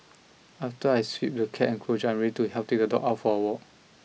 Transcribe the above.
after I sweep the cat enclosure I am ready to help take the dog out for a walk